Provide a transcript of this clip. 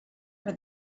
for